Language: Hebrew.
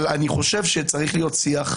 אבל אני חושב שצריך להיות שיח.